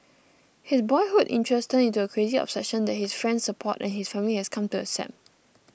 his boyhood interest turned into a crazy obsession that his friends support and his family has come to accept